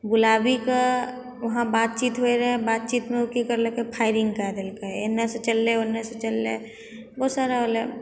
बुलाबीके वहाँ बातचीत हुअए रहै बातचीतमे ओ की करलकै फायरिङ्ग कए देलकै एनेसँ चललै ओन्नेसँ चललै बहुत सारा होलै